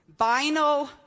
vinyl